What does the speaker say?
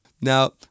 Now